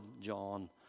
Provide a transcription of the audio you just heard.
John